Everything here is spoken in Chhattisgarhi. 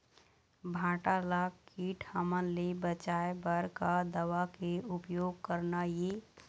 भांटा ला कीट हमन ले बचाए बर का दवा के उपयोग करना ये?